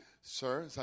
Sir